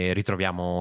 ritroviamo